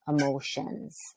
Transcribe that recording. emotions